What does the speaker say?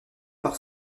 par